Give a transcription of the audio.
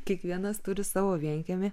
kiekvienas turi savo vienkiemį